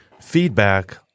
feedback